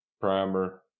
primer